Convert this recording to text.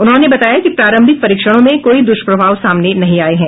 उन्होंने बताया कि प्रारंभिक परीक्षणों में कोई दुष्प्रभाव सामने नहीं आये है